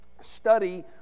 Study